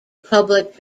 public